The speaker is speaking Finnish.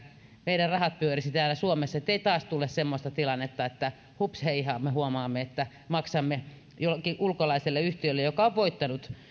meidän rahamme pyörisivät täällä suomessa ettei taas tule semmoista tilannetta että hups heijaa me huomaamme että maksamme jollekin ulkolaiselle yhtiölle joka on voittanut